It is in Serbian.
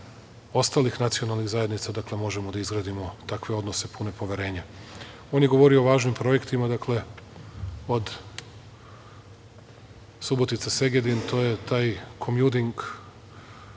ostalih nacionalnih zajednica možemo da izradimo takve odnose, pune poverenja. On je govorio o važnim projektima, dakle, od Subotice-Segedin, to je taj komjuding